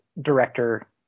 director